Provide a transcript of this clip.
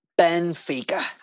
Benfica